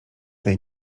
daj